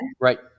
Right